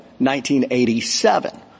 1987